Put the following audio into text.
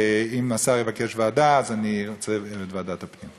אם השר יבקש ועדה, אז אני ארצה את ועדת הפנים.